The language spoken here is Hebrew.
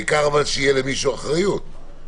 העיקר שתהיה למישהו אחריות.